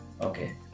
Okay